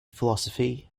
philosophy